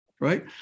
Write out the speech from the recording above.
right